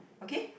okay